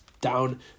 down